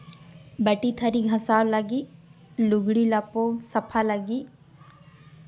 ᱵᱟᱹᱴᱤ ᱛᱷᱟᱹᱨᱤ ᱜᱷᱟᱥᱟᱣ ᱞᱟᱹᱜᱤᱫ ᱞᱩᱜᱽᱲᱤ ᱞᱟᱯᱚ ᱥᱟᱯᱷᱟ ᱞᱟᱹᱜᱤᱫ